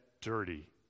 dirty